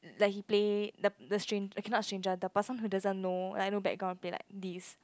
like he play the the stran~ okay not stranger the person who doesn't know like no background play like this